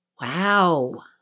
Wow